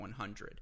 100